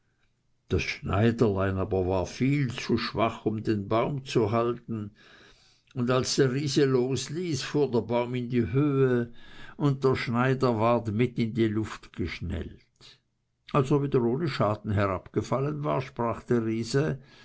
das schneiderlein aber war viel zu schwach um den baum zu halten und als der riese losließ fuhr der baum in die höhe und der schneider ward mit in die luft geschnellt als er wieder ohne schaden herabgefallen war sprach der riese